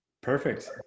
Perfect